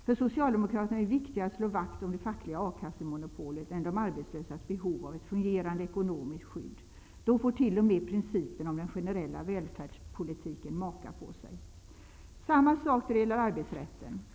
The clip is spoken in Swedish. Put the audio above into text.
För Socialdemokraterna är det viktigare att slå vakt om det fackliga A kassemonopolet än de arbetslösas behov av ett fungerande ekonomiskt skydd. Då får t.o.m. principen om den generella välfärdspolitiken maka på sig. Samma sak då det gäller arbetsrätten.